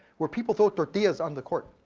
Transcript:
where people throw tortillas on the court?